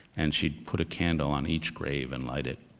and she'd put a candle on each grave and light it,